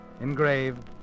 Engraved